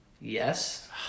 Yes